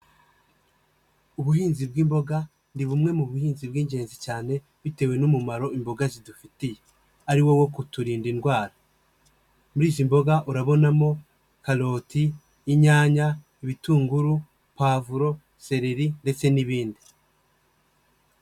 Ubuhinzi bw'imboga, ni bumwe mu buhinzi bw'ingenzi cyane bitewe n'umumaro imboga zidufitiye ariwo wo kuturinda indwara. Muri izi mboga urabonamo: karoti, inyanya, ibitunguru, puwavuro, seleri ndetse n'ibindi.